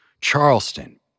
Charleston